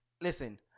Listen